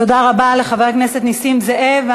תודה רבה לחבר הכנסת נסים זאב.